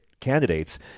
candidates